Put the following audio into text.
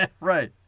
Right